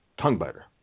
tongue-biter